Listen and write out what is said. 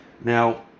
Now